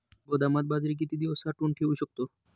गोदामात बाजरी किती दिवस साठवून ठेवू शकतो?